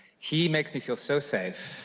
he makes me feel so safe.